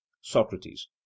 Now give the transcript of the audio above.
Socrates